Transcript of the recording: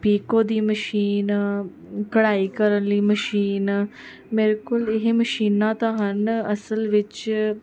ਪੀਕੋ ਦੀ ਮਸ਼ੀਨ ਕਢਾਈ ਕਰਨ ਲਈ ਮਸ਼ੀਨ ਮੇਰੇ ਕੋਲ ਇਹ ਮਸ਼ੀਨਾਂ ਤਾਂ ਹਨ ਅਸਲ ਵਿੱਚ